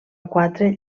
quatre